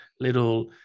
little